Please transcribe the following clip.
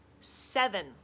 Seven